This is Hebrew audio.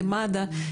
למד"א.